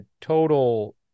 total